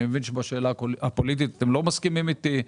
אני מבין שבשאלה הפוליטית אתם לא מסכימים איתי.